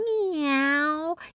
Meow